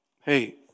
hey